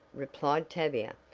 replied tavia,